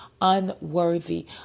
unworthy